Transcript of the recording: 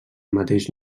mateix